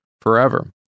forever